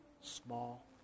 small